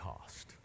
cost